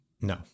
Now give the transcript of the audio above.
No